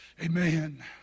Amen